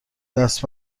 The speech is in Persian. دست